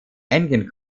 engen